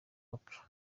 oprah